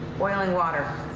boiling water.